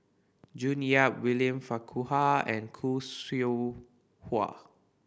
June Yap William Farquhar and Khoo Seow Hwa